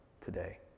today